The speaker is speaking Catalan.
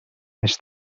més